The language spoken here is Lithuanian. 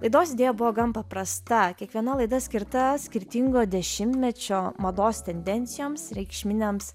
laidos idėja buvo gan paprasta kiekviena laida skirta skirtingo dešimtmečio mados tendencijoms reikšminėms